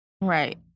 Right